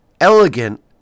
elegant